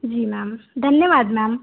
जी ma'am धन्यवाद ma'am